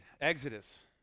Exodus